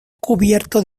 cubierto